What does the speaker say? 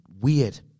weird